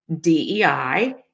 DEI